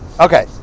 Okay